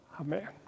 Amen